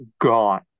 Gone